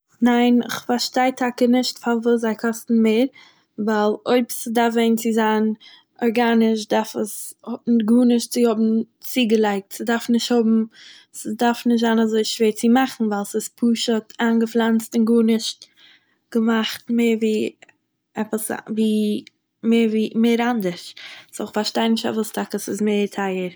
ניין, כ'פארשטיי טאקע נישט פארוואס זיי קאסטן מער, ווייל אויב ס'דארף ווען צו זיין ארגאניש דארף עס הא גארנישט צו האבן צוגעלייגט, ס'דארף נישט האבן, ס'דארף נישט זיין אזוי שווער צו מאכן, ווייל ס'איז פשוט איינגעפלאנצט און גארנישט געמאכט מער ווי... עפעס, ווי.. מער אנדערשט, סוי איך פארשטיי נישט פארוואס טאקע ס'איז מער טייער.